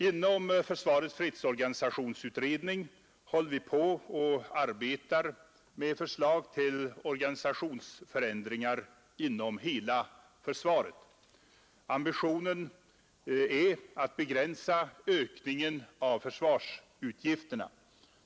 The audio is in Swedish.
Inom försvarets fredsorganisationsutredning håller vi på och arbetar med förslag till organisationsförändringar inom hela försvaret. Ambitionen är att begränsa ökningen av försvarsutgifterna.